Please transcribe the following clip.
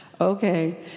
okay